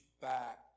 back